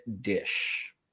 dish